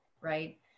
Right